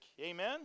Amen